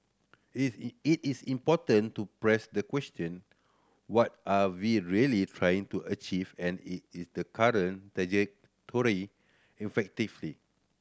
it it is important to press the question what are we really trying to achieve and it is the current trajectory effectively